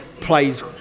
played